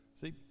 see